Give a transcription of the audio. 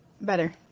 better